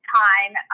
time